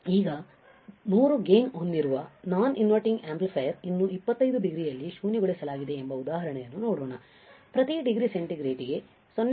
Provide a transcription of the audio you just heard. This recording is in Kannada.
ಈಗ 100 ಗೈನ್ ಹೊಂದಿರುವ ನಾನ್ ಇನ್ವರ್ಟಿಂಗ್ ಆಂಪ್ಲಿಫೈಯರ್ ಅನ್ನು 25 ಡಿಗ್ರಿಯಲ್ಲಿ ಶೂನ್ಯಗೊಳಿಸಲಾಗಿದೆ ಎಂಬ ಉದಾಹರಣೆಯನ್ನು ನೋಡೋಣ ಪ್ರತಿ ಡಿಗ್ರಿ ಸೆಂಟಿಗ್ರೇಡ್ಗೆ 0